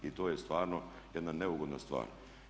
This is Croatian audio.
I to je stvarno jedna neugodna stvar.